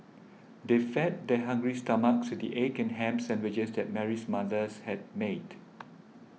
they fed their hungry stomachs with the egg and ham sandwiches that Mary's mothers had made